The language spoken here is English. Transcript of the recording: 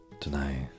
Tonight